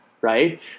right